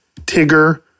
Tigger